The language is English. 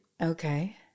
Okay